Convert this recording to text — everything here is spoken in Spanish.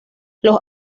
los